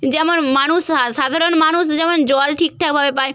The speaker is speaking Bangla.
যেমন মানুষ সাধারণ মানুষ যেন জল ঠিকঠাকভাবে পায়